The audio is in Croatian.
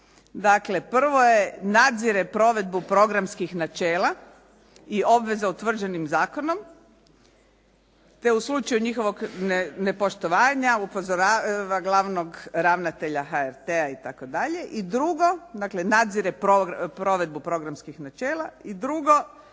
dakle prvo je nadzire provedbu programskih načela i obveze utvrđenih zakonom te u slučaju njihovog nepoštovanja upozorava glavnog ravnatelja HRT-a itd. I drugo, dakle nadzire provedbu programskih načela. I drugo,